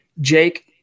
Jake